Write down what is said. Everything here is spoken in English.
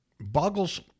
boggles